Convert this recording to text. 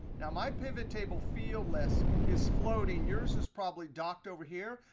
now, my pivottable field list is floating. yours is probably docked over here,